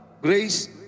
grace